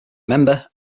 member